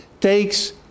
takes